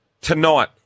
tonight